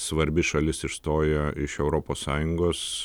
svarbi šalis išstoja iš europos sąjungos